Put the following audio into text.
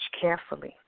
carefully